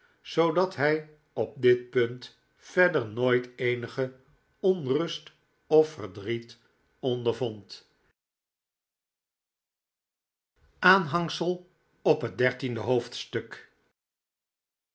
zoodat hij op dit punt verder nooit eenige onrust of verdriet ondervond aanhang sel op het dertiende hoofdstuk